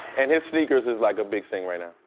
and his sneakers is like a big thing right now.